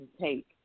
take